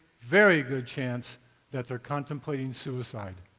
very good chance that they are contemplating suicide.